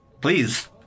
Please